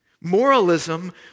moralism